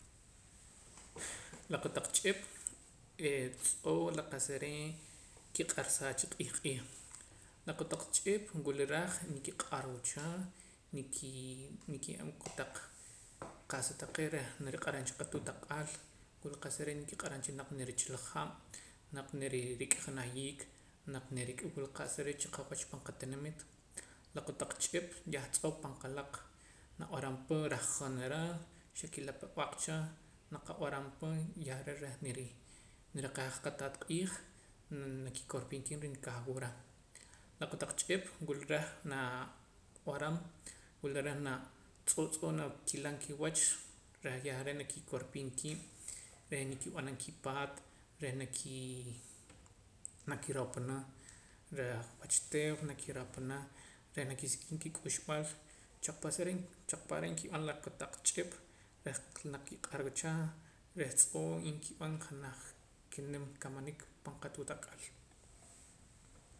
La kotaq ch'ip eh tz'oo' la qa'sa re' kiq'arsaa cha la q'iij q'iij la kotaq ch'ip wula reh nkiq'arwa cha nikii nkiye'em kotaq qa'sa taqee' reh niriq'aram cha qatuut ak'al wul qa'sa re' nkiq'aram cha naq nirichila hab' naq rik'a janaj yiik naq rik'a wula qa chiqawach pan qatinimiit la kotaq ch'ip yah tz'oo' pan kalaq nab'arampa reh jonera xa kilepeb'aq cha naqab'aram pa yeh re' reh niriqeja qataat q'iij nakikor piim kiib' reh nkajwura la kotaq ch'ip wula reh naa b'aram wula reh na tz'o' tz'oo' nawilam kiwach reh yah re' nakikorpiim kiib' reh nkib'anam kipaat reh nakii nakiropana reh wach teew nakiropana reh nakisik'im kik'uxb'aal choq pa' saren choqpa' re' nkib'an la kotaq ch'ip reh naq ki'q'orwa cha reh tz'oo' inkib'an janaj kinim kamanik pan qatuut ak'al